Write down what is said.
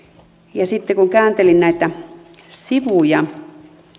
ja sitten kun kääntelin näitä sivuja